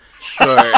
Sure